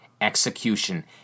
execution